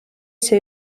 see